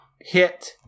hit